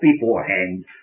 beforehand